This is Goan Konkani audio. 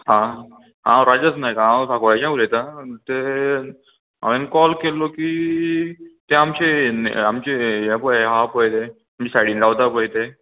हां हांव राजस नायक हांव सांकवाळच्यान उलयतां ते हांवें कॉल केल्लो की ते आमचे आमचे हे पळय आहा पळय तुमच्या सायडीन रावता पळय ते